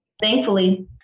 Thankfully